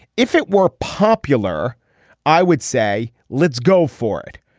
if it were popular i would say let's go for it.